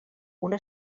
una